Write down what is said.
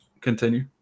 Continue